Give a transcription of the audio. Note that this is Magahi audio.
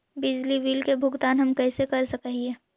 बिजली बिल के भुगतान हम कैसे कर सक हिय?